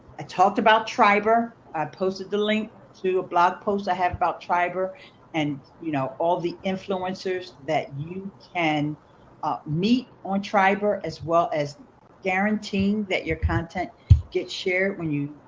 i talked about triberr. i posted the link to a blog post i have about triberr and you know all the influencers that you can meet on triberr as well as guaranteeing that your content gets shared when you